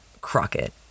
Crockett